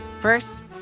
First